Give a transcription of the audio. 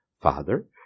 father